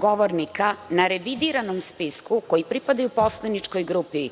govornika na revidiranom spisku koji pripadaju poslaničkoj grupi